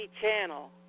channel